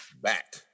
back